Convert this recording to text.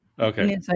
Okay